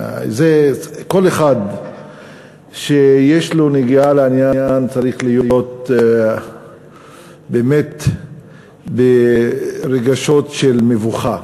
זה כל אחד שיש לו נגיעה בעניין צריך להיות באמת ברגשות של מבוכה.